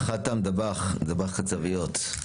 חתאם דבאח, דבאח קצביות.